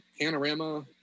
panorama